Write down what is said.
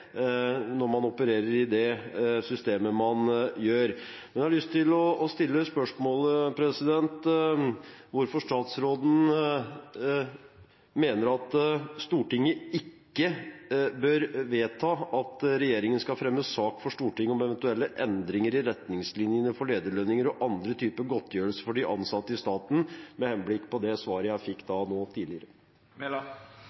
når man opererer i det systemet man gjør. Jeg har lyst til å stille spørsmålet: Hvorfor mener statsråden at Stortinget ikke bør vedta at regjeringen skal fremme en sak for Stortinget om eventuelle endringer i retningslinjene for lederlønninger og andre typer godtgjørelser for de ansatte i staten – med henblikk på det svaret jeg fikk